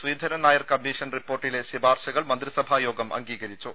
ശ്രീധരൻനാ your commission റിപ്പോർട്ടിലെ ശിപാർശകൾ മന്ത്രിസഭായോഗം അംഗീകരിച്ചു